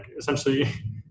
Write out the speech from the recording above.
essentially